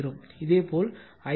இதே போல் Ic ICA IBC